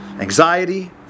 anxiety